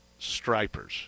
Stripers